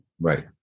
Right